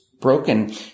broken